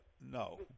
No